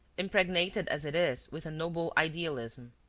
impregnated as it is with a noble idealism,